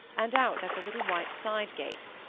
and out at the little white side-gate.